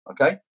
okay